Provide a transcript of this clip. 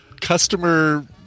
customer